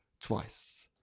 twice